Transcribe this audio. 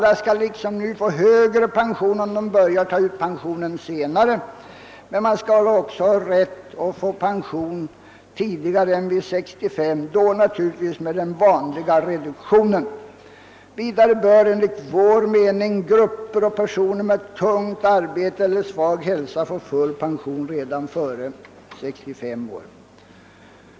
Alla skall liksom nu få högre pension om de börjar ta ut den senare, men de skall också har rätt att få pension tidigare än vid 65 år — då naturligtvis med den vanliga reduktionen. Vidare bör enligt vår mening grupper och personer med tungt arbete eller svag hälsa få full pension redan före 65 år.